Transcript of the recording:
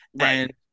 right